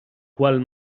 qual